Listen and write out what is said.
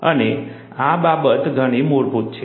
અને આ બાબત ઘણી મૂળભૂત છે